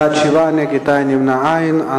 בעד, 7, נגד, אין, נמנעים, אין.